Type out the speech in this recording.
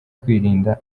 kwirinda